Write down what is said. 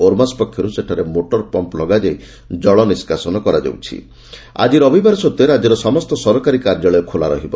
ଓର୍ମାସ ପକ୍ଷରୁ ସେଠାରେ motor pump ଲଗାଯାଇ କରାଯାଉଛି ଆକି ରବିବାର ସତ୍ତ୍ ରାଜ୍ୟର ସମସ୍ତ ସରକାରୀ କାର୍ଯ୍ୟାଳୟ ଖୋଲା ରହିବ